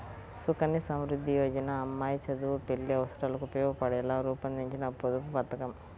సుకన్య సమృద్ధి యోజన అమ్మాయి చదువు, పెళ్లి అవసరాలకు ఉపయోగపడేలా రూపొందించిన పొదుపు పథకం